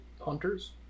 Hunters